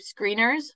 screeners